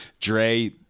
dre